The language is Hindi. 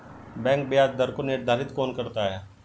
बैंक ब्याज दर को निर्धारित कौन करता है?